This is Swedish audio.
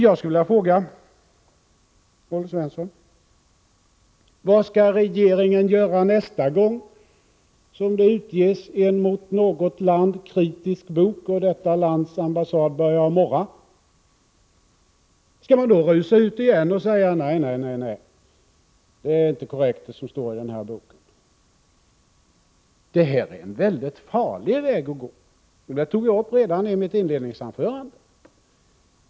Jag skulle vilja fråga Olle Svensson: Vad skall regeringen göra nästa gång det utges en mot något land kritisk bok och detta lands ambassad börjar morra? Skall regeringen då återigen rusa ut och säga: Det som står i den här boken är inte korrekt. Det här är en väldigt farlig väg att gå, vilket jag tog upp redan i mitt inledningsanförande.